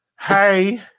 Hey